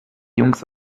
jungs